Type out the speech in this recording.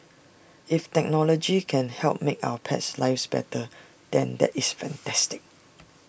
if technology can help make our pets lives better than that is fantastic